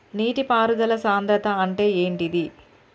నీటి పారుదల సంద్రతా అంటే ఏంటిది?